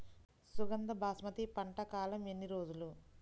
సుగంధ బాస్మతి పంట కాలం ఎన్ని రోజులు?